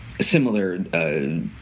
similar